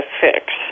fix